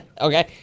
Okay